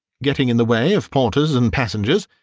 getting in the way of porters and passengers,